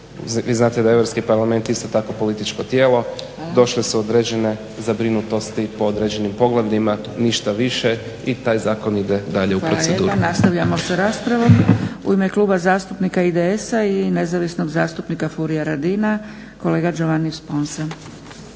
su, znate da je Europski parlament isto tako političko tijelo, došle su određene zabrinutosti po određenim poglavljima, ništa više. I taj zakon ide dalje u proceduru. **Zgrebec, Dragica (SDP)** Hvala lijepa. Nastavljamo sa raspravom. U ime Kluba zastupnika IDS-a i nezavisnog zastupnika Furia Radina kolega Giovanni Sponza.